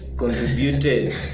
contributed